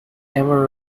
ever